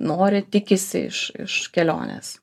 nori tikisi iš iš kelionės